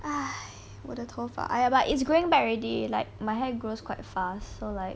!hais! 我的头发 !aiya! but it's growing back already like my hair grows quite fast so like